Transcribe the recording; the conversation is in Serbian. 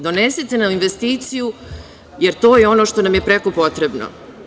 Donesite nam investiciju, jer to je ono što nam je preko potrebno.